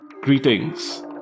greetings